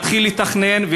להתחיל לתכנן,